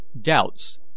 Doubts